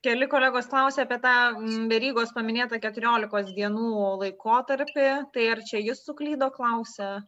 keli kolegos klausia apie tą verygos paminėtą keturiolikos dienų laikotarpį tai ar čia jis suklydo klausia